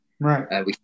Right